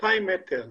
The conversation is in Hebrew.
2,000 מטר.